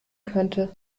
könnte